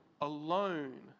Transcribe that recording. alone